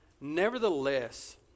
nevertheless